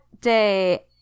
day